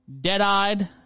dead-eyed